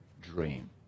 dream